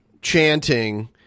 chanting